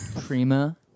Prima